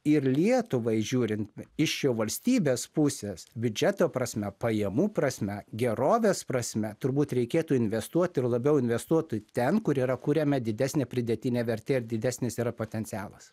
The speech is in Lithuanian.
ir lietuvai žiūrint iš jau valstybės pusės biudžeto prasme pajamų prasme gerovės prasme turbūt reikėtų investuot ir labiau investuot ten kur yra kuriama didesnė pridėtinė vertė ar didesnis yra potencialas